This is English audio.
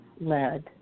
led